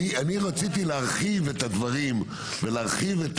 אני רציתי להרחיב את הדברים ולהרחיב את